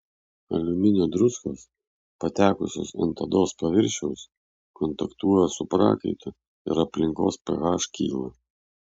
aliuminio druskos patekusios ant odos paviršiaus kontaktuoja su prakaitu ir aplinkos ph kyla